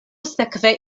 sekve